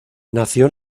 nació